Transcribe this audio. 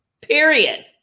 Period